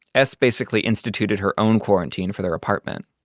s basically instituted her own quarantine for their apartment.